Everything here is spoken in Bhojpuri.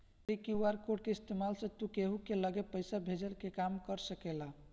एकरी क्यू.आर कोड के इस्तेमाल से तू केहू के लगे पईसा भेजला के काम कर सकेला